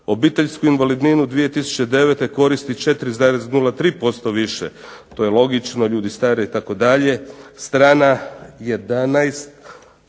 Obiteljsku invalidninu 2009. koristi 4,3% više. To je logično, ljudi stare itd. Strana 11.